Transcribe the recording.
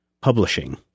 publishing